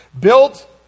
Built